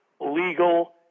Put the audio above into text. legal